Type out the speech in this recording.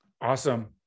Awesome